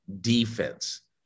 defense